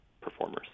performers